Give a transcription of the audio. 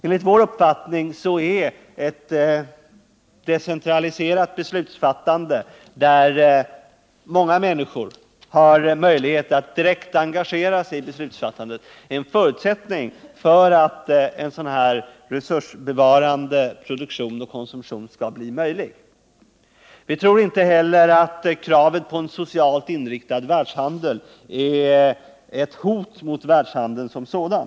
Enligt vår uppfattning är ett decentraliserat beslutsfattande, i vilket många människor har möjlighet att direkt engagera sig, en förutsättning för att en resursbevarande produktion och konsumtion skall bli möjlig. Vi tror inte heller att kravet på en socialt inriktad världshandel är ett hot mot världshandeln som sådan.